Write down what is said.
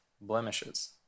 blemishes